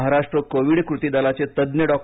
Maharashtra covid कृती दलाचे तज्ज्ञ डॉ